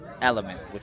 element